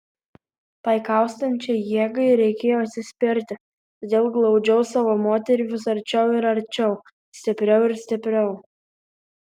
tai kaustančiai jėgai reikėjo atsispirti todėl glaudžiau savo moterį vis arčiau ir arčiau stipriau ir stipriau